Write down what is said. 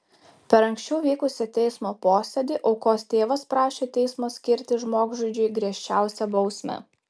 per anksčiau vykusį teismo posėdį aukos tėvas prašė teismo skirti žmogžudžiui griežčiausią bausmę